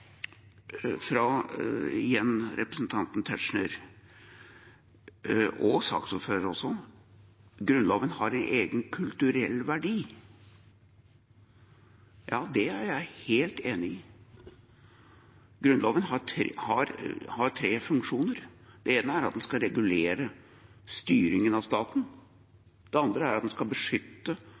igjen fra representanten Tetzschner, og fra saksordføreren også, at Grunnloven har en egen kulturell verdi. Ja, det er jeg helt enig i. Grunnloven har tre funksjoner: Det ene er at den skal regulere styringen av staten, det andre er at den skal beskytte